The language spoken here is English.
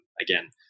again